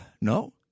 No